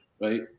right